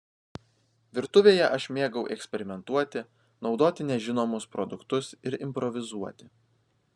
virtuvėje aš mėgau eksperimentuoti naudoti nežinomus produktus ir improvizuoti